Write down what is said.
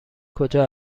کجا